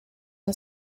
and